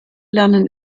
lernen